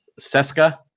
Seska